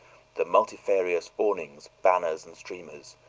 the multifarious awnings, banners, and streamers,